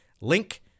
link